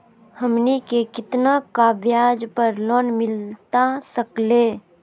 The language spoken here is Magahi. हमनी के कितना का ब्याज पर लोन मिलता सकेला?